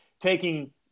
taking